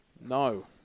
No